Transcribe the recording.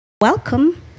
Welcome